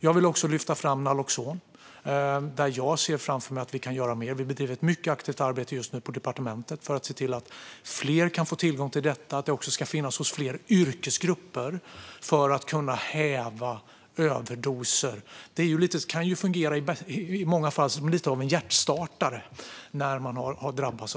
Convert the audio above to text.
Jag vill också lyfta fram naloxon, där jag ser framför mig att vi kan göra mer. Vi bedriver ett mycket aktivt arbete just nu på departementet för att se till att fler kan få tillgång till det och att det också ska finnas hos fler yrkesgrupper så att man kan häva överdoser. I många fall kan det fungera lite som en hjärtstartare för personer som drabbas.